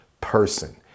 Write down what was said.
person